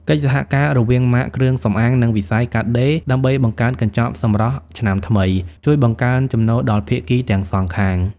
កិច្ចសហការរវាងម៉ាកគ្រឿងសម្អាង និងវិស័យកាត់ដេរ ដើម្បីបង្កើតកញ្ចប់ "សម្រស់ឆ្នាំថ្មី" ជួយបង្កើនចំណូលដល់ភាគីទាំងសងខាង។